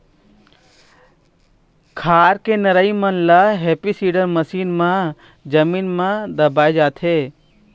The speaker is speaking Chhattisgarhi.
खार के नरई मन ल हैपी सीडर मसीन म जमीन म दबाए जाथे